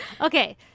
Okay